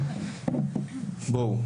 בואו,